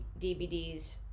DVDs